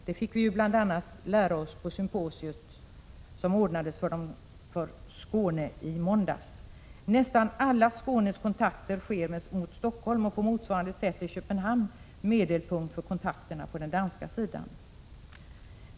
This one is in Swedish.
Det fick vi bl.a. lära oss på symposiet som ordnades för Skåne i måndags. Nästan alla Skånes kontakter sker mot Stockholm, och på motsvarande sätt är Köpenhamn medelpunkt för kontakterna på den danska sidan.